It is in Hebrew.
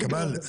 כמאל,